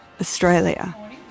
Australia